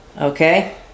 Okay